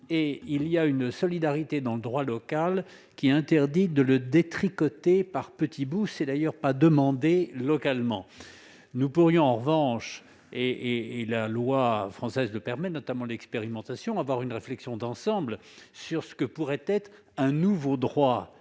Il y a une solidarité dans le droit local qui interdit de le détricoter par petits bouts ; ce n'est d'ailleurs pas demandé localement. Nous pourrions en revanche- la loi française le permet, notamment par ses dispositifs d'expérimentation -avoir une réflexion d'ensemble sur ce que pourrait être un nouveau droit